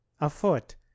afoot